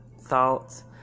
thoughts